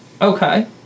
Okay